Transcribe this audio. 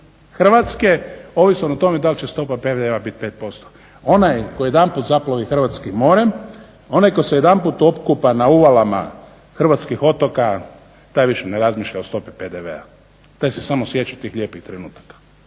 Hrvatske ovisan o tome da li će stopa PDV-a biti 5%? Onaj tko jedanput zaplovi hrvatskim morem, onaj tko se jedanput okupa na uvalama hrvatskih otoka taj više ne razmišlja o stopi PDV-a, taj se samo sjeća tih lijepih trenutaka.